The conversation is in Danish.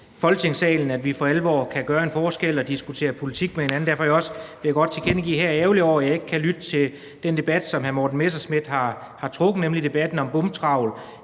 Folketingssalen, at vi for alvor kan gøre en forskel og diskutere politik med hinanden. Derfor vil jeg også godt tilkendegive, at jeg er ærgerlig over, at jeg ikke her efterfølgende kan lytte til den debat om det beslutningsforslag, som hr. Morten Messerschmidt har trukket tilbage, nemlig debatten om bomtrawl,